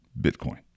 Bitcoin